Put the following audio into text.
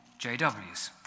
JWs